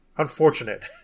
unfortunate